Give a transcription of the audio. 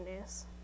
news